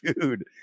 dude